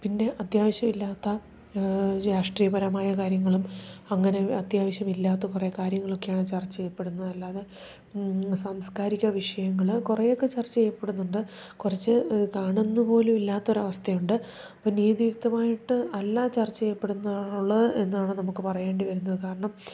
പിന്നെ അത്യാവശ്യമില്ലാത്ത രാഷ്ട്രീയപരമായ കാര്യങ്ങളും അങ്ങനെ അത്യാവശ്യമില്ലാത്ത കുറേ കാര്യങ്ങളൊക്കെയാണ് ചർച്ച ചെയ്യപ്പെടുന്നത് അല്ലാതെ സാംസ്കാരിക വിഷയങ്ങൾ കുറേയൊക്കെ ചർച്ച ചെയ്യപ്പെടുന്നുണ്ട് കുറച്ച് കാണുന്നു പോലും ഇല്ലാത്ത ഒരു അവസ്ഥയുണ്ട് അപ്പോൾ നീതിയുക്തമായിട്ട് അല്ല ചർച്ച ചെയ്യപ്പെടുന്നുള്ളത് എന്നാണ് നമുക്ക് പറയേണ്ടി വരുന്നത് കാരണം